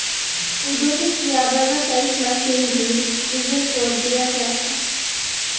औद्योगिक या व्यावसायिक मशीन भी लीजेर पर दियाल जा छे